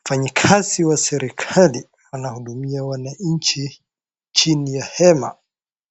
Mfanyi kazi wa serikali anahudumia wanaNchi chini ya hema